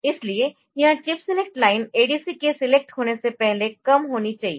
इसलिए यह chip select line ADC के सिलेक्ट होने से पहले कम होनी चाहिए